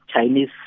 Chinese